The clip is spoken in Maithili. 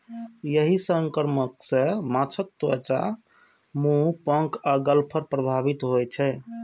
एहि संक्रमण सं माछक त्वचा, मुंह, पंख आ गलफड़ प्रभावित होइ छै